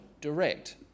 direct